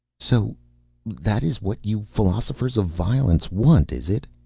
so that is what you philosophers of violence want, is it?